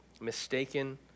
mistaken